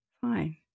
Fine